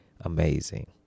amazing